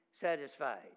satisfied